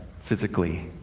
physically